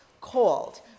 called